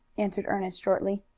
answered ernest shortly.